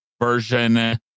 version